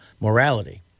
morality